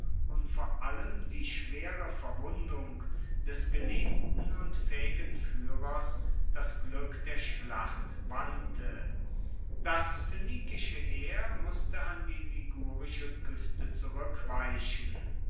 und vor allem die schwere verwundung des geliebten und faehigen fuehrers das glueck der schlacht wandte das phoenikische heer musste an die ligurische kueste zurueckweichen